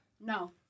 No